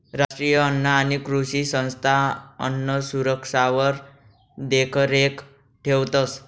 राष्ट्रीय अन्न आणि कृषी संस्था अन्नसुरक्षावर देखरेख ठेवतंस